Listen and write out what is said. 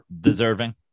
deserving